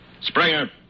Springer